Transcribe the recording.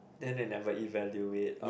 then they never evaluate or